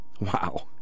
Wow